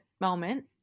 moment